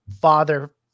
father